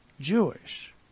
Jewish